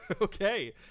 Okay